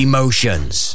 Emotions